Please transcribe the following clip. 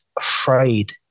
afraid